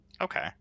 Okay